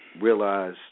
realize